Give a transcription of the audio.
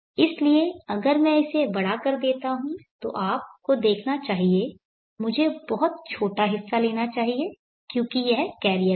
इसलिए अगर मैं इसे बड़ा कर देता हूं तो आपको देखना चाहिए मुझे बहुत छोटा हिस्सा लेना चाहिए क्योंकि यह कैरियर है